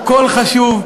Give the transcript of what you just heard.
הוא קול חשוב,